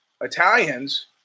Italians